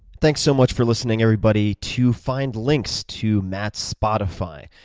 thanks so much for listening, everybody. to find links to matt's spotify,